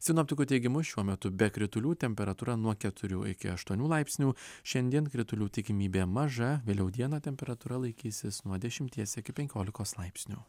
sinoptikų teigimu šiuo metu be kritulių temperatūra nuo keturių iki aštuonių laipsnių šiandien kritulių tikimybė maža vėliau dieną temperatūra laikysis nuo dešimties iki penkiolikos laipsnių